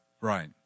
Right